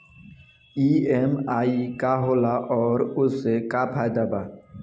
EMI का होला और ओसे का फायदा बा?